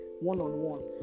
one-on-one